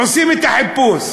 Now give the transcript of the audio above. עושים את החיפוש.